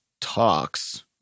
talks